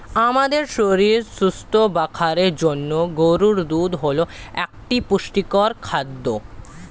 আমাদের শরীর সুস্থ রাখার জন্য গরুর দুধ হল একটি পুষ্টিকর খাদ্য